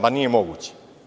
Ma, nije moguće.